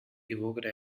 evoke